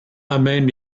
amènent